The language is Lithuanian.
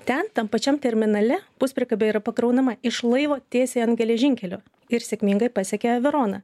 ten tam pačiam terminale puspriekabė yra pakraunama iš laivo tiesiai ant geležinkelio ir sėkmingai pasiekia veroną